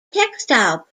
textile